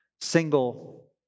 single